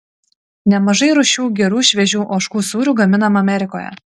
nemažai rūšių gerų šviežių ožkų sūrių gaminama amerikoje